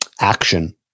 action